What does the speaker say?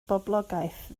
boblogaeth